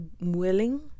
willing